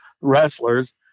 wrestlers